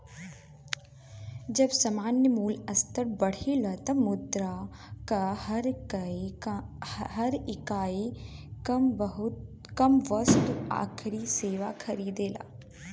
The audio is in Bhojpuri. जब सामान्य मूल्य स्तर बढ़ेला तब मुद्रा कअ हर इकाई कम वस्तु अउरी सेवा खरीदेला